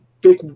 big